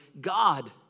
God